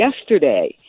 yesterday